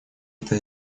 это